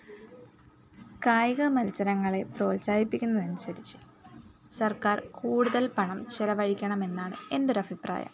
കായിക മത്സരങ്ങളെ പ്രോത്സാഹിപ്പിക്കുന്നതനുസരിച്ച് സർക്കാർ കൂടുതൽ പണം ചിലവഴിക്കണമെന്നാണ് എൻറെ ഒരു അഭിപ്രായം